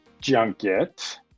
junket